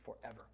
forever